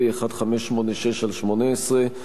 פ/1586/18,